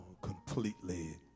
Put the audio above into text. completely